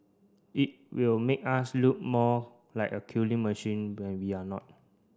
it will make us look more like a killing machine when we're not